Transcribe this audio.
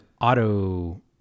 auto